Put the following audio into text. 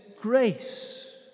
grace